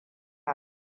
yi